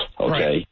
okay